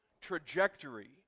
trajectory